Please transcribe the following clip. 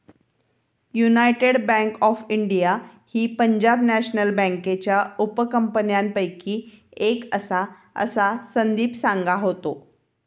United bank of India ही Punjab national बँकेच्या उपकंपन्यांपैकी एक आसा, असा संदीप सांगा होतो